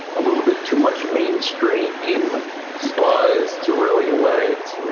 a little bit too much mainstream in but to really let it